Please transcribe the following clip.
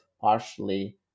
partially